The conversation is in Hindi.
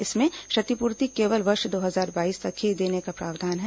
इसमें क्षतिपूर्ति केवल वर्ष दो हजार बाईस तक ही देने का प्रावधान है